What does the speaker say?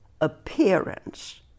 appearance